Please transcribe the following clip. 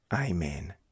Amen